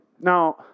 Now